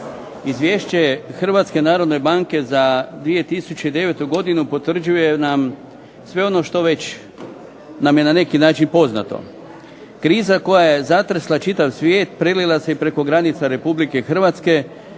Izvješće HNB-a za 2009. godinu potvrđuje nam je već sve ono što nam je na neki način poznato. Kriza koja je zatresla čitav svijet prelila se i preko granica Republike Hrvatske